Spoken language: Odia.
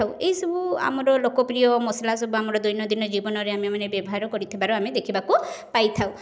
ଏଇ ସବୁ ଆମର ଲୋକପ୍ରିୟ ମସଲା ସବୁ ଆମର ଦୈନନ୍ଦିନ ଜୀବନରେ ଆମେ ଆମର ବ୍ୟବହାର କରିଥିବାର ଆମେ ଦେଖିବାକୁ ପାଇଥାଉ